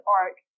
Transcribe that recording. arc